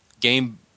game